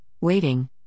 Waiting